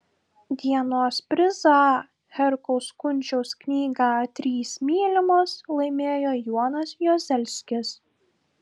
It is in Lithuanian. dienos prizą herkaus kunčiaus knygą trys mylimos laimėjo jonas juozelskis